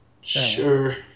sure